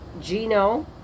Gino